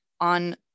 on